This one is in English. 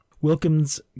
Wilkins